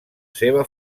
seva